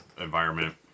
environment